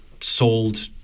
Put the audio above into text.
sold